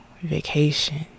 vacation